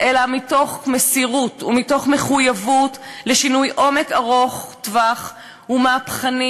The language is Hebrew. אלא מתוך מסירות ומתוך מחויבות לשינוי עומק ארוך-טווח ומהפכני,